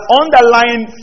underlying